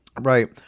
right